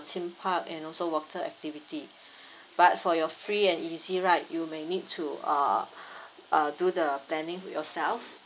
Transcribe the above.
theme park and also water activity but for your free and easy right you may need to uh uh do the planning yourself